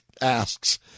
asks